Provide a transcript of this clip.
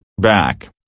back